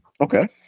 Okay